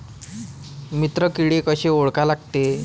मित्र किडे कशे ओळखा लागते?